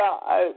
God